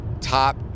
top